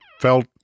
felt